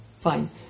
Fine